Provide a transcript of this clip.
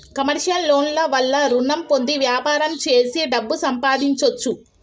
commercial loan ల వల్ల రుణం పొంది వ్యాపారం చేసి డబ్బు సంపాదించొచ్చు